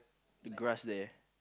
the grass there